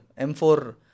M4